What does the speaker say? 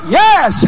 yes